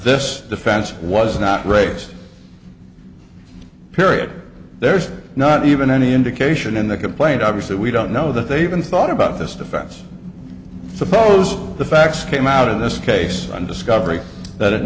this defense was not raised period there's not even any indication in the complaint i was that we don't know that they even thought about this defense suppose all the facts came out in this case and discovering that it